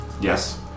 Yes